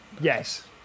Yes